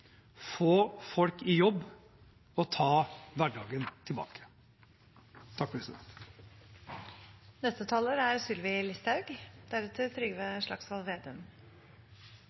få folk i jobb og ta hverdagen tilbake.